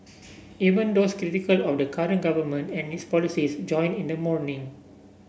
even those critical of the current government and its policies joined in the mourning